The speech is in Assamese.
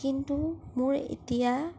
কিন্তু মোৰ এতিয়া